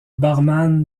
barman